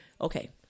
Okay